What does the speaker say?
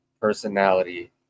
personality